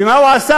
ומה הוא עשה?